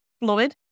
fluid